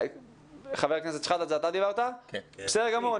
בסדר גמור.